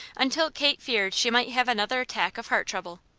until kate feared she might have another attack of heart trouble.